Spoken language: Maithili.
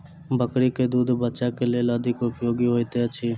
बकरीक दूध बच्चाक लेल अधिक उपयोगी होइत अछि